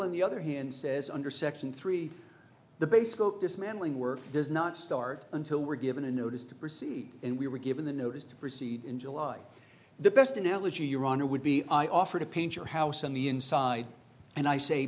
and the other hand says under section three the basic dismantling work does not start until we're given a notice to proceed and we were given the notice to proceed in july the best analogy your honor would be i offer to paint your house on the inside and i say